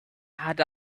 had